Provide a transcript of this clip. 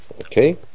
Okay